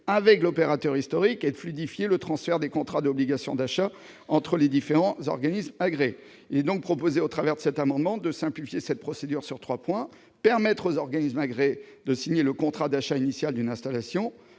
avec l'opérateur historique et de fluidifier le transfert des contrats d'obligation d'achat entre les différents organismes agréés. Au travers de cet amendement, nous vous invitons donc à simplifier cette procédure sur trois points : permettre aux organismes agréés de signer le contrat d'achat initial d'une installation